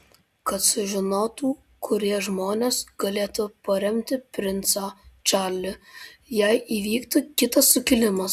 kad sužinotų kurie žmonės galėtų paremti princą čarlį jei įvyktų kitas sukilimas